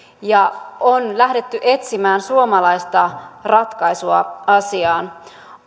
ja on lähdetty etsimään suomalaista ratkaisua asiaan